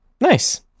nice